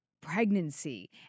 pregnancy